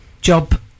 job